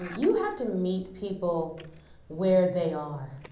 you have to meet people where they are.